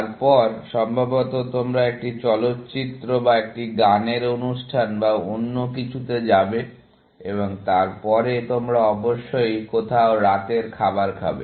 তারপর সম্ভবত তোমরা একটি চলচ্চিত্র বা একটি গানের অনুষ্ঠান বা অন্য কিছুতে যাবে এবং তারপরে তোমরা অবশ্যই কোথাও রাতের খাবার খাবে